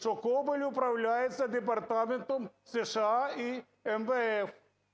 що Коболєв управляється департаментом США і МВФ,